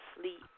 sleep